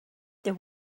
there